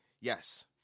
Yes